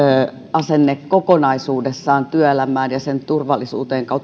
asenne kokonaisuudessaan työelämään ja sen turvallisuuteen